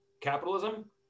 capitalism